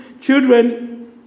children